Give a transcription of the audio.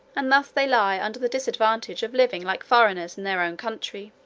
and thus they lie under the disadvantage of living like foreigners in their own country.